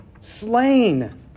slain